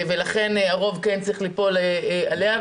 ולכן הרוב כאן צריך ליפול עליה.